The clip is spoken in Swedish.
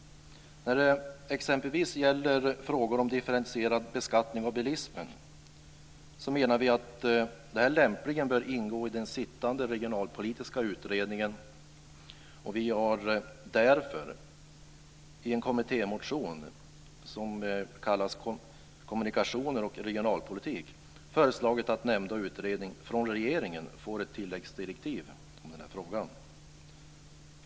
När det gäller exempelvis frågor om differentierad beskattning av bilismen menar vi att de lämpligen bör ingå i den sittande regionalpolitiska utredningen. Vi har därför i en kommittémotion som kallas Kommunikationer och regionalpolitik föreslagit att nämnda utredning från regeringen får ett tilläggsdirektiv om den här frågan.